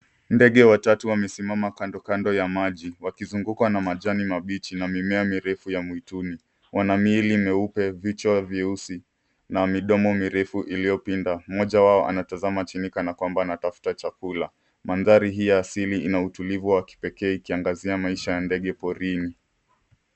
Ndege watatu wamesimama kando kando ya maji wakizungukwa na majani mabichi na mimea mirefu ya mwituni. Wanamiili meupe, vichwa vieusi na midomo mirefu iliyopinda. Mmoja wao anatazama chini kana kwamba anatafuta chakula. Mandhari hii asili ina utulivu wa kipekee ikiangazia maisha ya ndege porini.